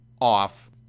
off